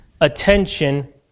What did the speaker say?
attention